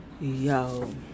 Yo